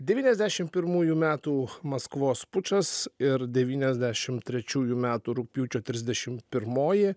devyniasdešim pirmųjų metų maskvos pučas ir devyniasdešimt trečiųjų metų rugpjūčio trisdešimt pirmoji